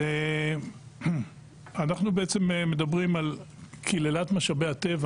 אנחנו מדברים על קללת משאבי הטבע,